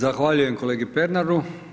Zahvaljujem kolegi Pernaru.